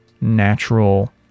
natural